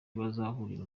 bazahurira